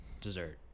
dessert